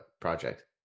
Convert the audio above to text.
project